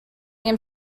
amc